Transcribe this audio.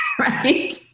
right